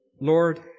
Lord